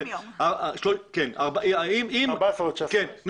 14 ימים ועוד 16 ימים.